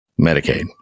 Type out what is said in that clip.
Medicaid